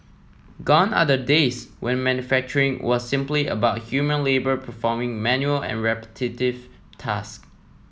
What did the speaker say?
gone are the days when manufacturing was simply about human labour performing menial and repetitive tasks